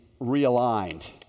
realigned